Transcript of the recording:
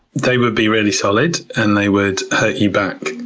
they would be really solid and they would hurt you back.